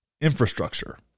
infrastructure